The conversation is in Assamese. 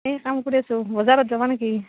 এই কাম কৰি আছোঁ বজাৰত যাবা নেকি